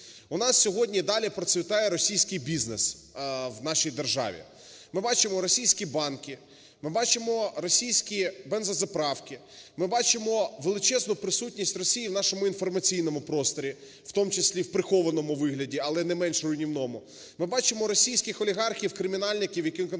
У нас сьогодні і далі процвітає російський бізнес, в нашій державі. Ми бачимо російські банки, ми бачимо російські бензозаправки, ми бачимо величезну присутність Росії в нашому інформаційному просторі, в тому числі в прихованому вигляді, але не менш руйнівному. Ми бачимо російських олігархів-кримінальників,